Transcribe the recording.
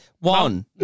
One